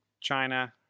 China